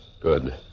Good